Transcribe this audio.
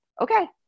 okay